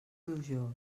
plujós